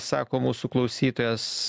sako mūsų klausytojas